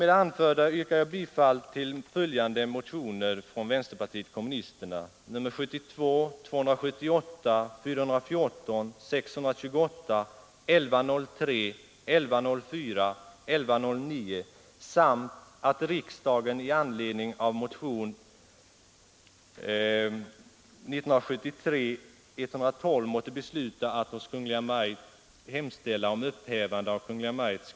Med det anförda yrkar jag bifall till följande motioner från vänsterpartiet kommunisterna: nr 72, 278, 414, 628, 1103, 1104 och 1109.